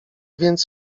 więc